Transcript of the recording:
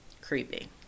Creepy